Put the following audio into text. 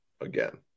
again